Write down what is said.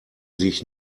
sich